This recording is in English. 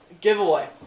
giveaway